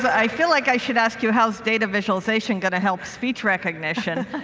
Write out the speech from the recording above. but i feel like i should ask you how is data visual aization going to help speech recognition,